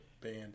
band